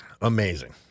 amazing